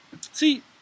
See